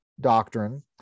doctrine